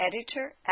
editor